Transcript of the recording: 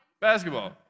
Basketball